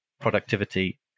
productivity